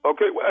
Okay